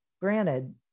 granted